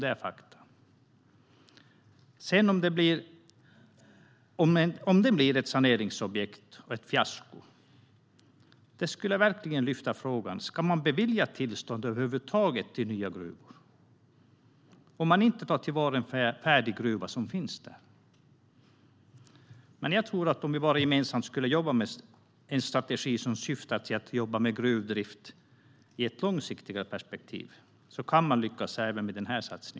Det är fakta.